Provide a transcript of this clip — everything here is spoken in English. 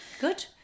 Good